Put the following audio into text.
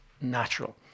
natural